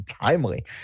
timely